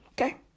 Okay